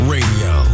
Radio